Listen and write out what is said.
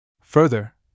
Further